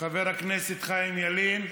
חבר הכנסת חיים ילין,